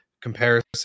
comparison